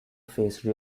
face